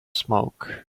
smoke